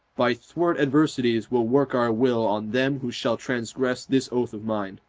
by thwart adversities will work our will on them who shall transgress this oath of mine,